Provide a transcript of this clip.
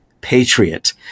Patriot